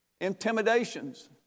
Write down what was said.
Intimidations